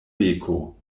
beko